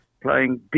playing